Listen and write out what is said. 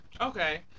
Okay